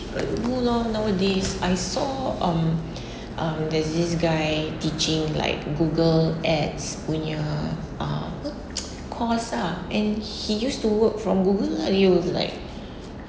no lor nowadays I saw um um there's this guy teaching like Google Ads punya uh apa course ah and he used to work from Google lah he was like